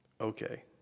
okay